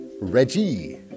Reggie